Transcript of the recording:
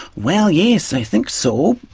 well yes, i think so.